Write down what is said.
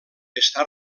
està